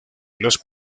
los